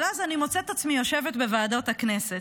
אבל אז אני מוצאת עצמי יושבת בוועדות הכנסת: